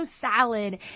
salad